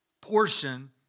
portion